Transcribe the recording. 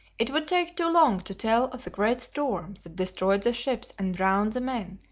it would take too long to tell of the great storm that destroyed the ships and drowned the men,